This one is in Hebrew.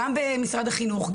גם במשרד החינוך,